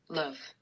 love